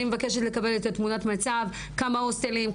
אני מבקשת לקבל את תמונת המצב כמה הוסטלים,